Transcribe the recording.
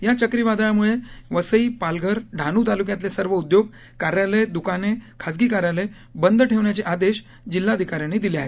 या चक्रीवादळाम्ळे वसई पालघर डहाणू ताल्क्यातले सर्व उद्योग कार्यालय द्काने खासगी कार्यालय बंद ठेवण्याचे आदेश जिल्हाधिकाऱ्यांनी दिले आहेत